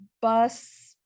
bus